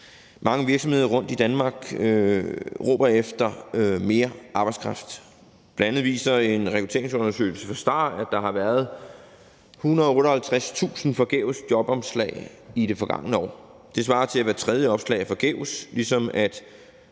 mange virksomheder rundt i Danmark råber efter mere arbejdskraft. Bl.a. viser en rekrutteringsundersøgelse fra STAR, at der har været 158.000 forgæves jobopslag i det forgangne år. Det svarer til, at hvert tredje opslag er forgæves, ligesom at